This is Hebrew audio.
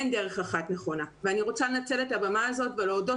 אין דרך אחת נכונה ואני רוצה לנצל את הבמה הזאת ולהודות